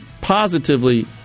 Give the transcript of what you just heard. positively